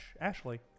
Ashley